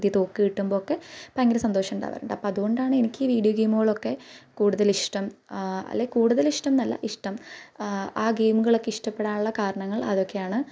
പുതിയ തോക്ക് കിട്ടുമ്പോൾ ഒക്കെ ഭയങ്കര സന്തോഷമുണ്ടാകാറുണ്ട് അപ്പോൾ അതുകൊണ്ടാണ് എനിക്ക് വീഡിയോ ഗേമുകളൊക്കെ കൂടുതൽ ഇഷ്ടം അല്ലെങ്കിൽ കൂടുതൽ ഇഷ്ടം എന്നല്ല ഇഷ്ടം ആ ഗെയിമുകളൊക്കെ ഇഷ്ടപ്പെടാനുള്ള കാരണങ്ങൾ അതൊക്കെയാണ്